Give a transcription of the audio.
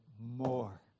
more